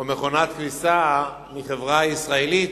או מכונת כביסה מחברת ישראלית,